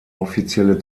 offizielle